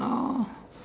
oh